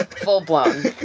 Full-blown